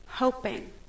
Hoping